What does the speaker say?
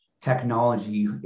technology